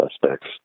suspects